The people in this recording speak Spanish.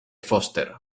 foster